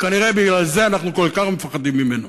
וכנראה בגלל זה אנחנו כל כך מפחדים ממנה